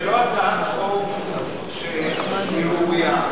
זה לא הצעת החוק, שהיא ראויה.